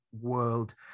world